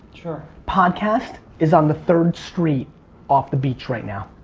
sure. podcast is on the third street off the beach right now.